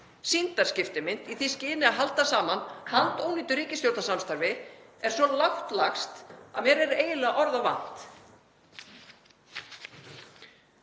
sýndarskiptimynt í því skyni að halda saman handónýtu ríkisstjórnarsamstarfi er svo lágt lagst að mér er eiginlega orða vant.